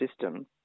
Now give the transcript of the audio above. system